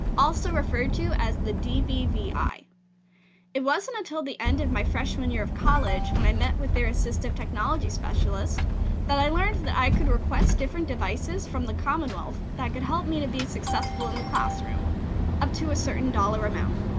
also referred to as the dbvi. it wasn't until the end of my freshman year of college when i met with their assistive technology specialist that i learned that i could request different devices from the commonwealth that could help me to be successful in the classroom up to a certain dollar amount.